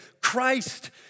Christ